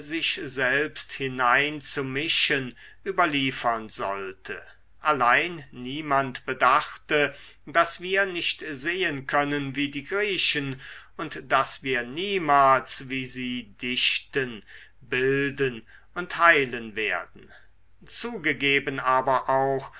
sich selbst hinein zu mischen überliefern sollte allein niemand bedachte daß wir nicht sehen können wie die griechen und daß wir niemals wie sie dichten bilden und heilen werden zugegeben aber auch